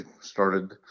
started